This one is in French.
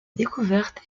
découverte